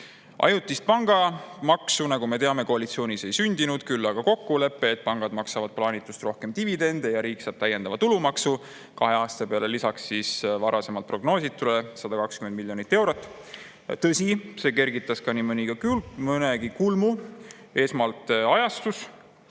Ajutist pangamaksu, nagu me teame, koalitsioonis ei sündinud, küll aga [saavutati] kokkulepe, et pangad maksavad plaanitust rohkem dividende ja riik saab täiendava tulumaksu, kahe aasta peale lisaks varasemalt prognoositule 120 miljonit eurot. Tõsi, see kergitas nii mõnegi kulmu. Esmalt ajastuse